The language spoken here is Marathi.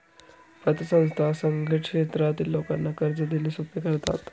पतसंस्था असंघटित क्षेत्रातील लोकांना कर्ज देणे सोपे करतात